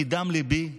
מדם ליבי,